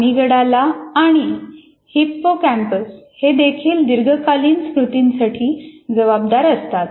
amygdala आणि hippocampus हे देखील दीर्घकालीन स्मृतीसाठी जबाबदार असतात